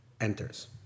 enters